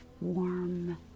warm